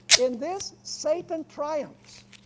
in this satan triumphs.